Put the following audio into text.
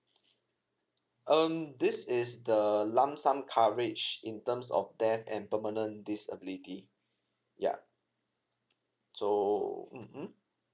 um this is the lump sum coverage in terms of death and permanent disability ya so mm mm